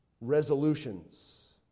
resolutions